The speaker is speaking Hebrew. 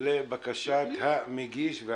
לבקשת המגיש.